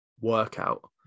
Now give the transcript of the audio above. workout